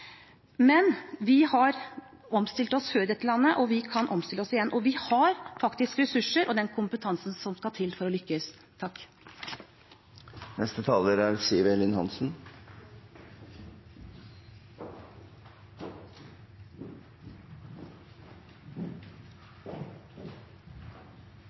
Men vi har omstilt oss før i dette landet, og vi kan omstille oss igjen, og vi har faktisk ressurser og den kompetansen som skal til for å lykkes. Takk